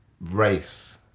race